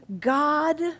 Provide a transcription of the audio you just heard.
God